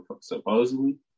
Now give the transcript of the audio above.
supposedly